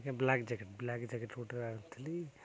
ଆଜ୍ଞା black jacket black jacket ଗୋଟେ ଆଣିଥିଲି